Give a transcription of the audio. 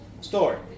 story